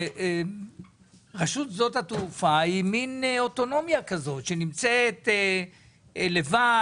רשות שדות התעופה היא מן אוטונומיה כזאת שנמצאת לבד,